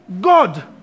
God